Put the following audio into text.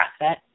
asset